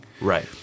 Right